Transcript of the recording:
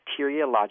bacteriologic